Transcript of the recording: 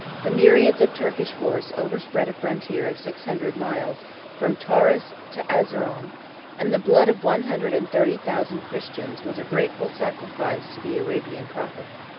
the myriads of turkish horse overspread a frontier of six hundred miles from tauris to arzeroum, and the blood of one hundred and thirty thousand christians was a grateful sacrifice to the arabian prophet.